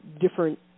different